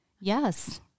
Yes